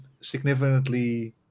significantly